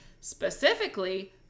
specifically